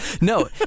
no